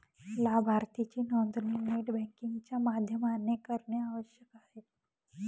लाभार्थीची नोंदणी net banking च्या माध्यमाने करणे आवश्यक आहे